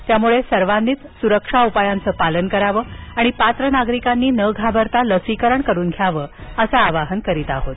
त्यामुळे सर्वांनीच सुरक्षा उपायांचं पालन करावं आणि पात्र नागरिकांनी न घाबरता लसीकरण करून घ्यावं असं आवाहन करत आहोत